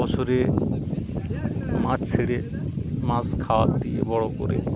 বছরে মাছ ছেড়ে মাছ খাবার দিয়ে বড় করে